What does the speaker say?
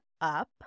up